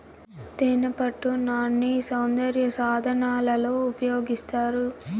తేనెపట్టు నాన్ని సౌందర్య సాధనాలలో ఉపయోగిస్తారు